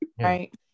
Right